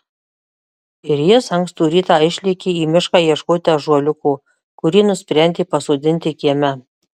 ir jis ankstų rytą išlėkė į mišką ieškoti ąžuoliuko kurį nusprendė pasodinti kieme